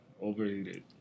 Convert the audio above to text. overheated